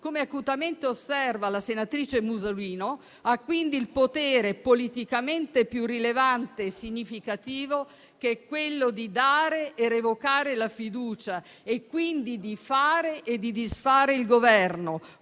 come acutamente osserva la senatrice Musolino - ha quindi il potere politicamente più rilevante e significativo, che è quello di dare e revocare la fiducia e, quindi, di fare e di disfare il Governo,